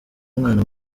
mwana